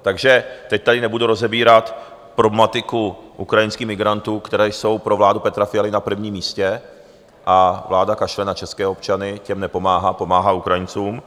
Takže teď tady nebudu rozebírat problematiku ukrajinských migrantů, kteří jsou pro vládu Petra Fialy na prvním místě, a vláda kašle na české občany, těm nepomáhá, pomáhá Ukrajincům.